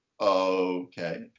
okay